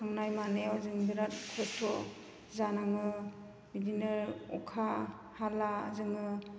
थांनाय मानायाव जों बिराद खस्त' जानाङो बिदिनो अखा हायोब्ला जोङो